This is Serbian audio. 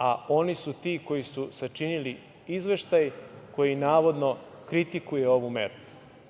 a oni su ti koji su sačinili izveštaj koji navodno kritikuje ovu meru?